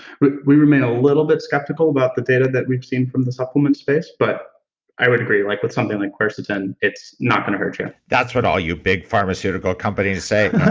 we remain a little bit skeptical about the data that we've seen from the supplements space, but i would agree, like with something like quercetin, it's not gonna hurt you. that's what all you big pharmeceutical companies say.